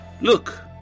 Look